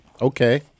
Okay